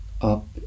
up